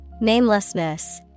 Namelessness